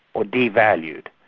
or devalued.